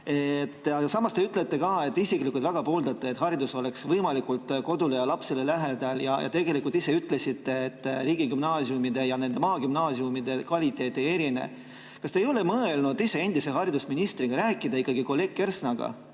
Samas te ütlete ka, et te isiklikult väga pooldate, et haridus oleks võimalikult kodule ja lapsele lähedal, ja ütlesite, et riigigümnaasiumide ja nende maagümnaasiumide kvaliteet ei erine. Kas te ei ole mõelnud endise haridusministrina rääkida ikkagi kolleeg Kersnaga,